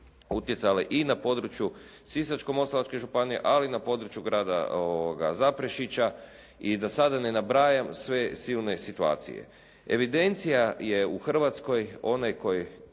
utjecale i na području Sisačko-moslavačke županije, ali i na području grada Zaprešića i da sada ne nabrajam sve silne situacije. Evidencija je u Hrvatskoj onaj koji,